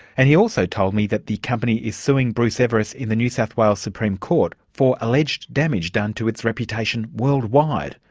and he also told me that the company is suing bruce everiss in the new south wales supreme court for alleged damage done to its reputation worldwide,